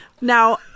Now